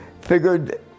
figured